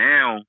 Now